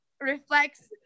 reflects